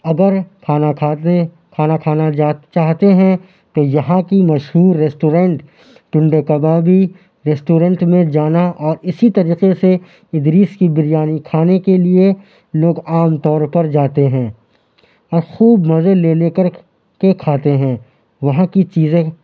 اگر کھانا کھاتے کھانا کھانا جا چاہتے ہیں تو یہاں کی مشہور ریسٹورنٹ ٹنڈے کبابی ریسٹورنٹ میں جانا اور اسی طریقے سے ادریس کی بریانی کھانے کے لیے لوگ عام طور پر جاتے ہیں اور خوب مزے لے لے کر کے کھاتے ہیں وہاں کی چیزیں